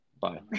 Bye